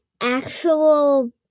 actual